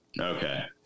Okay